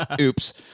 oops